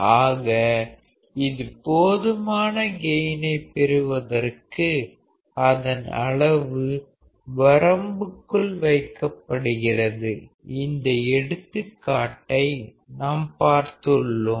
ஆக இது போதுமான கெயினை பெறுவதற்கு அதன் அளவு வரம்புக்குள் வைக்கப்படுகிறது இந்த எடுத்துக்காட்டை நாம் பார்த்துள்ளோம்